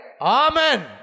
Amen